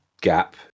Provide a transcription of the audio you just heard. gap